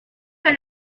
más